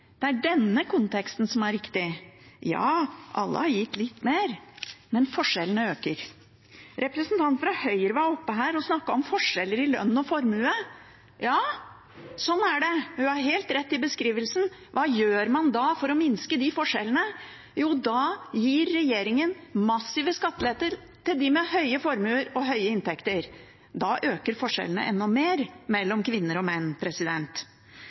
Det er denne konteksten som er riktig. Ja, alle har gitt litt mer, men forskjellene øker. Representanten Haukland fra Høyre var oppe og snakket om forskjeller i lønn og formue. Ja, sånn er det. Hun har helt rett i beskrivelsen – hva gjør man da for å minske de forskjellene? Jo, da gir regjeringen massive skatteletter til dem med høye formuer og høye inntekter. Da øker forskjellene enda mer mellom kvinner og menn.